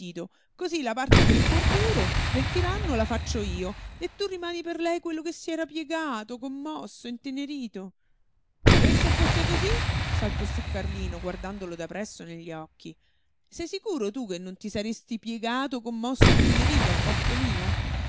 cosí la parte del cuor duro del tiranno la faccio io e tu rimani per lei quello che si era piegato commosso e intenerito e se fosse cosí saltò sú carlino guardandolo da presso negli occhi sei sicuro tu che non ti saresti piegato commosso e intenerito al posto mio